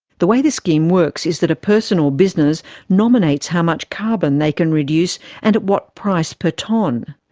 the way the scheme works is that a person or business nominates how much carbon they can reduce and at what price per tonne.